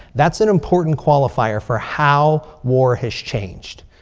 that's an important qualifier for how war has changed.